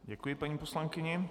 Děkuji paní poslankyni.